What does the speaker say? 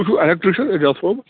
تۄہہِ چھُو اٮ۪لکٹٕرشن ایجاز صٲب